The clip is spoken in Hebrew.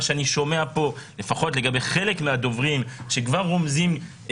לפחות מה שאני שומע את חלק מהדוברים שרומזים כי